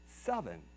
seven